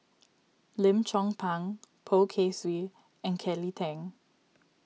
Lim Chong Pang Poh Kay Swee and Kelly Tang